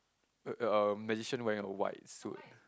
uh uh magician wearing a white suit